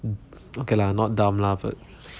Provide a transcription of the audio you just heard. okay lah not dumb lah but